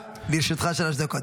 תמשיך,